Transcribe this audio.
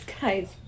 guys